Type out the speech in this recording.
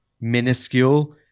minuscule